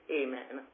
amen